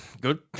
good